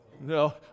No